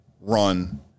run